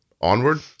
Onward